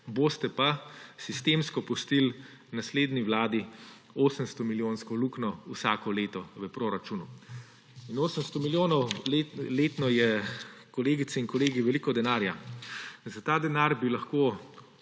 Boste pa sistemsko pustili naslednji vladi 800-milijonsko luknjo vsako leto v proračunu. 800 milijonov letno je, kolegica in kolegi, veliko denarja. Za ta denar bi lahko